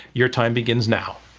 your time begins now.